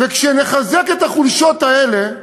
וכשנחזק את החולשות האלה,